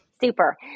Super